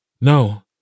No